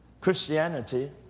Christianity